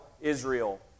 Israel